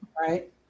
right